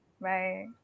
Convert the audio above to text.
Bye